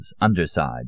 underside